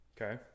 Okay